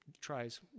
tries